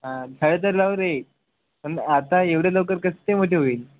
हां झाडे तर लावू रे पण आता एवढे लवकर कसं ते मोठे होईल